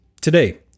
today